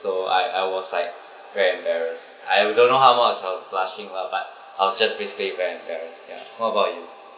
so I I was like very embarrassed I don't know how much I was flushing lah but I was just basically very embarrassed ya what about you